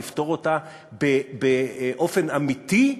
לפתור אותה באופן אמיתי,